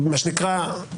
מה שנקרא, בקטנה.